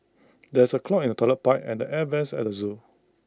there is A clog in the Toilet Pipe and the air Vents at the Zoo